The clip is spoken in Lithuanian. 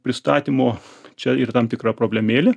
pristatymo čia yra tam tikra problemėlė